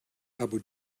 abu